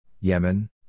Yemen